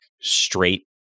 straight